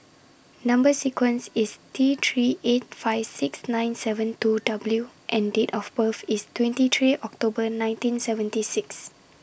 Number sequence IS T three eight five six nine seven two W and Date of birth IS twenty three October nineteen seventy six